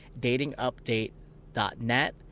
datingupdate.net